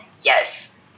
Yes